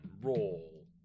roll